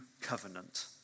covenant